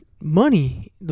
money